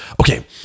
Okay